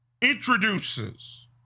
introduces